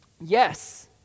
yes